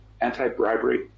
anti-bribery